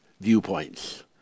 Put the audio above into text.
viewpoints